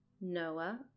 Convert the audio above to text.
Noah